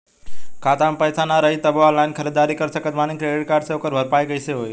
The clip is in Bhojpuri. खाता में पैसा ना रही तबों ऑनलाइन ख़रीदारी कर सकत बानी क्रेडिट कार्ड से ओकर भरपाई कइसे होई?